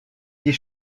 des